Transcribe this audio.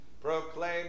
Proclaim